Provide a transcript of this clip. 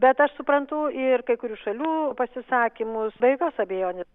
bet aš suprantu ir kai kurių šalių pasisakymus be jokios abejonės